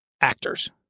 actors